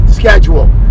schedule